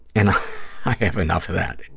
and i have enough of that.